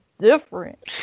different